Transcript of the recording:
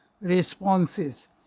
responses